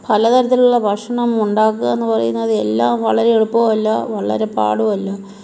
പലതരത്തിലുള്ള ഭക്ഷണം ഉണ്ടാക്കുകാന്ന് പറയുന്നത് എല്ലാം വളരെ എളുപ്പം അല്ല വളരെ പാടുമല്ല